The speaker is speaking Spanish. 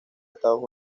estados